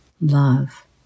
love